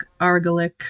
Argalic